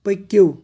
پٔکِو